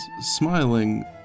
smiling